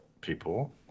people